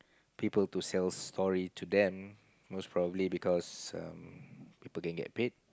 people to sell story to them most probably because um people can get paid